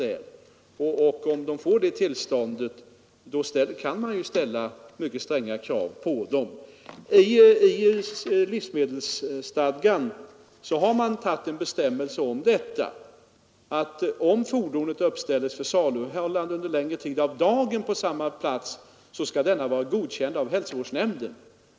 Om försäljarna får det tillståndet, kan man ställa stränga krav på dem. I livsmedelsverkets kungörelse om livsmedelslokal i motorfordon finns en bestämmelse som säger att om fordonet uppställes för saluhållande under längre tid av dagen på samma plats skall denna vara godkänd av hälsovårdsnämnden.